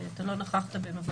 אתה לא נכחת בהם.